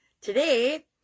Today